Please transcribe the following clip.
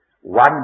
one